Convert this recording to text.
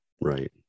right